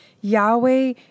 Yahweh